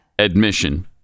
Admission